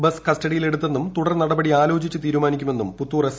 bus കസ്റ്റഡിയിൽ എടുത്തെന്നും തുടർനടപടി ആലോചിച്ച് തീരുമാനിക്കുമെന്ന് പുത്തൂർ എസ്